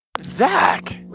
Zach